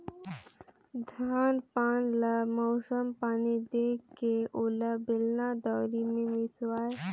धान पान ल मउसम पानी देखके ओला बेलना, दउंरी मे मिसवाए